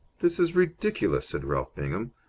this is ridiculous, said ralph bingham.